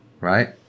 Right